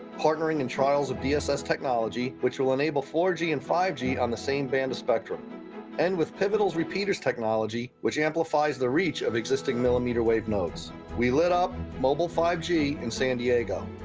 partnering in trials of vss technology which will enable four g and five g on the same band of spectrum and with pivotal repeaters technology which amplifies the reach of existing millimeter-wave node we lit up mobile five g in san diego.